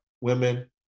women